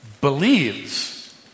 believes